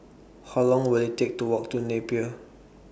How Long Will IT Take to Walk to Napier